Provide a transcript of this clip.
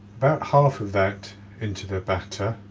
about half of that into the batter